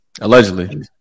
Allegedly